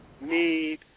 need